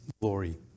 glory